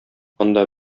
анда